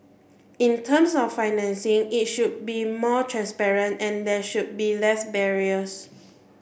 in terms of financing it should be more transparent and there should be less barriers